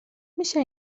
میشه